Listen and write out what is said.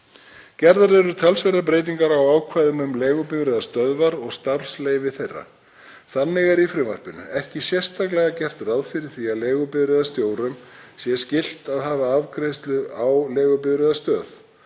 Gerðar eru talsverðar breytingar á ákvæðum um leigubifreiðastöðvar og starfsleyfi þeirra. Þannig er í frumvarpinu ekki sérstaklega gert ráð fyrir því að leigubifreiðarstjórum sé skylt að hafa afgreiðslu á leigubifreiðastöð